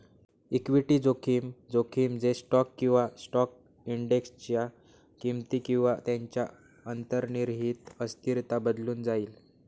equity जोखीम, जोखीम जे स्टॉक किंवा स्टॉक इंडेक्सच्या किमती किंवा त्यांची अंतर्निहित अस्थिरता बदलून जाईल